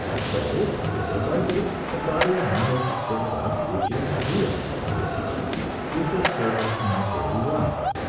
so little by little a body of knowledge is built up which is real knowledge which will serve us in our daily lives,